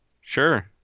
Sure